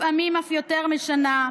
לעיתים אף יותר משנה,